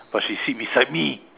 but she sit beside me